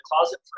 closet